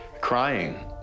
crying